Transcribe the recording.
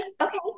Okay